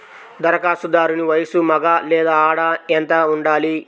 ధరఖాస్తుదారుని వయస్సు మగ లేదా ఆడ ఎంత ఉండాలి?